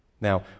Now